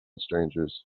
strangers